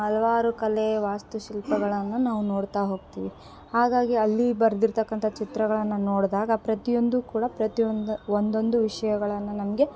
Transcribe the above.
ಹಲ್ವಾರು ಕಲೆ ವಾಸ್ತುಶಿಲ್ಪಗಳನ್ನು ನಾವು ನೋಡ್ತಾ ಹೋಗ್ತೀವಿ ಹಾಗಾಗಿ ಅಲ್ಲಿ ಬರ್ದಿರ್ತಕ್ಕಂಥ ಚಿತ್ರಗಳನ್ನು ನೋಡಿದಾಗ ಪ್ರತಿಯೊಂದು ಕೂಡ ಪ್ರತಿಯೊಂದು ಒಂದೊಂದು ವಿಷ್ಯಗಳನ್ನು ನಮಗೆ